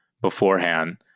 beforehand